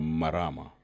marama